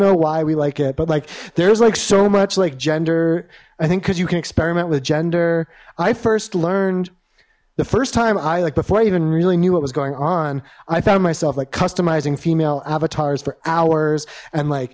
know why we like it but like there's like so much like gender i think cuz you can experiment with gender i first learned the first time i like before i even really knew what was going on i found myself like customizing female avatars for hours and like